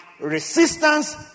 resistance